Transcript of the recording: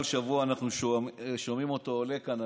כל שבוע אנחנו שומעים אותו עולה כאן,